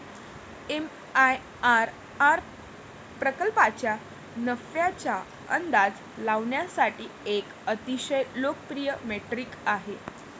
MIRR प्रकल्पाच्या नफ्याचा अंदाज लावण्यासाठी एक अतिशय लोकप्रिय मेट्रिक आहे